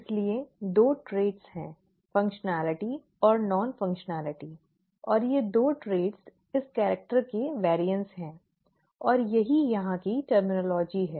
इसलिए दो ट्रेट हैं फ़ंक्शनेलिटी और नॉन फ़ंक्शनेलिटी और ये दो ट्रेट इस कैरिक्टर के वेअर्इअन्स हैं और यही यहां की शब्दावली है